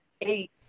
eight